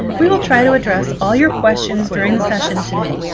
we will try to address all your questions during the session today,